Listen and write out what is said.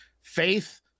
faith